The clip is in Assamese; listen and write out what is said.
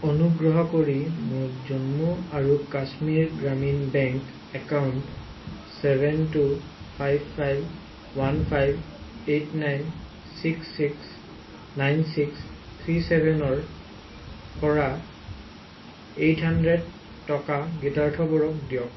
অনুগ্ৰহ কৰি মোৰ জম্মু আৰু Kashmir Gramin bank account seven two five five one five eight nine six six nine six three ছেভেনৰ পৰা এইট হাণ্ড্ৰেড টকা গীতাৰ্থ বড়োক দিয়ক